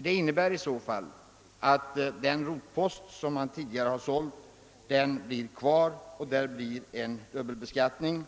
Detta har inneburit att den rotpost som tidigare sålts har fått stå kvar, och därmed uppstår det en dubbelbeskattning.